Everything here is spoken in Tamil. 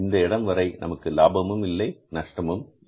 அந்த இடம் வரை நமக்கு லாபமும் இல்லை நஷ்டமும் இல்லை